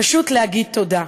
פשוט להגיד תודה.